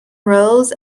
rose